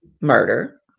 murder